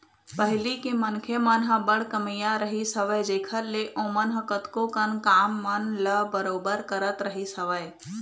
पहिली के मनखे मन ह बड़ कमइया रहिस हवय जेखर ले ओमन ह कतको कन काम मन ल बरोबर करत रहिस हवय